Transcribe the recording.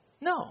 no